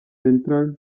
central